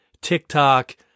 TikTok